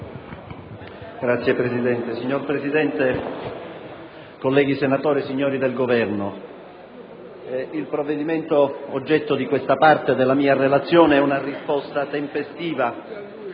*relatore*. Signor Presidente, colleghi senatori, signori del Governo, il provvedimento oggetto di questa parte della mia relazione è una risposta, tempestiva